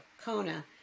Kona